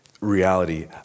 reality